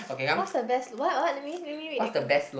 what's the best what what let me let me read that come